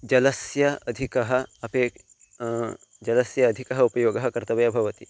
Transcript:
जलस्य अधिकः अपे जलस्य अधिकः उपयोगः कर्तव्यः भवति